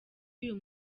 uyu